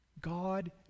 God